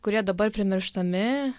kurie dabar primirštami